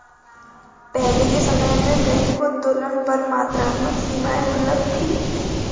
पहले के समय में बैंक उत्तोलन पर मात्रात्मक सीमाएं दुर्लभ थीं